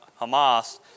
Hamas